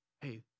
Hey